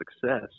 success